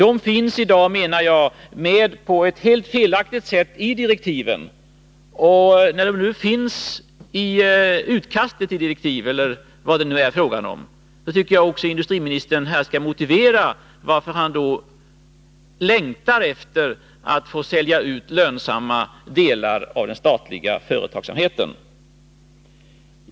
Eftersom just utförsäljning på ett helt felaktigt sätt finns med i utkastet till direktiv — eller vad det nu skall kallas — tycker jag att industriministern här skall motivera varför han längtar efter att få sälja ut lönsamma delar av den statliga företagsamheten.